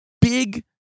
big